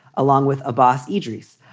along with abbas idris.